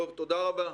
תודה רבה.